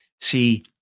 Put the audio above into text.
See